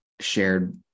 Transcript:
shared